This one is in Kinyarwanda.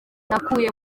nakuye